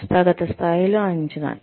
సంస్థాగత స్థాయిలో అంచనా